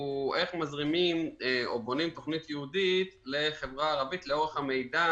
איך בונים תכנית ייעודית לחברה ערבית כשהמידע